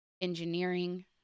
engineering